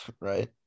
Right